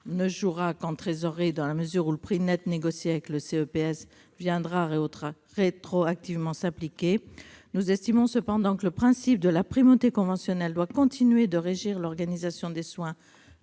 ne jouera qu'en trésorerie, dans la mesure où le prix net négocié avec le CEPS viendra rétroactivement s'appliquer. Nous estimons cependant que le principe de la primauté conventionnelle doit continuer de régir l'organisation des soins